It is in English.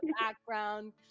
background